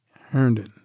Herndon